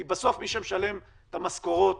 כי בסוף מי שמשלם את המשכורות